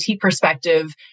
perspective